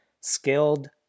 skilled